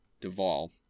Duvall